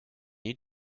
you